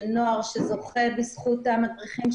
20% מהכסף ברשויות המקומיות אולי הלך על החלקים הטכניים,